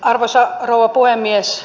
arvoisa rouva puhemies